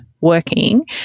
working